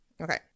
Okay